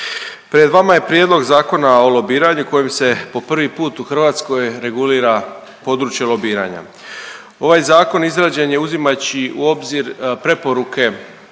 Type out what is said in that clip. Pred vama je Prijedlog Zakona o lobiranju kojim se po prvi put u Hrvatskoj regulira područje lobiranja. Ovaj Zakon izrađen je uzimajući u obzir preporuke Vijeća